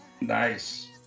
nice